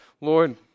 Lord